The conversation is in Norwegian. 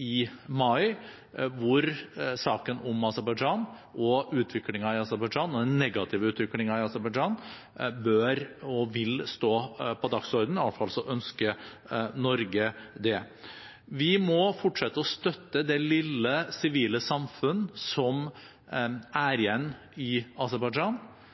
i mai hvor saken om Aserbajdsjan, utviklingen i Aserbajdsjan og den negative utviklingen i Aserbajdsjan bør og vil stå på dagsordenen, iallfall ønsker Norge det. Vi må fortsette å støtte det lille sivile samfunn som er igjen i